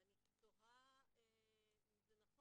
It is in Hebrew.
ואני תוהה אם זה נכון.